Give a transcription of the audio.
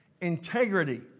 integrity